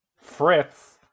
Fritz